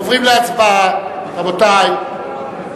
רבותי,